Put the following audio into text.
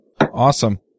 Awesome